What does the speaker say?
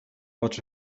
oczy